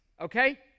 okay